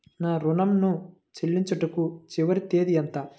నా ఋణం ను చెల్లించుటకు చివరి తేదీ ఎంత?